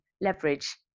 leverage